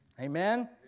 Amen